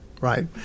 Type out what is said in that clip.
right